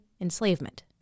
enslavement